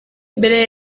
mbere